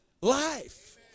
life